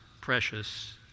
precious